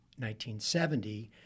1970